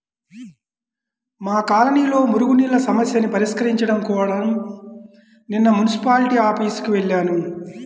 మా కాలనీలో మురుగునీళ్ళ సమస్యని పరిష్కరించుకోడం కోసరం నిన్న మున్సిపాల్టీ ఆఫీసుకి వెళ్లాను